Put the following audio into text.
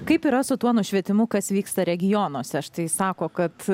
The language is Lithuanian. kaip yra su tuo nušvietimu kas vyksta regionuose štai sako kad